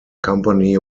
company